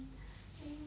I think